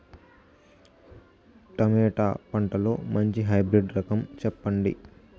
Tomato పంటలో మంచి hybrid రకం చెప్పండి?